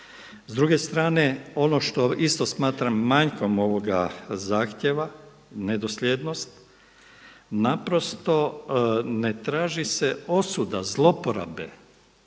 S druge strane ono što isto smatram manjkom ovoga zahtjeva, nedosljednost naprosto ne traži se osuda zlouporabe